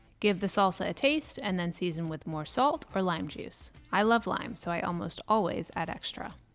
give the salsa a taste, and then season with more salt or lime juice. i love lime so i almost always add extra.